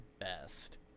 best